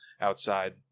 outside